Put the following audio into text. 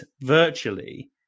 virtually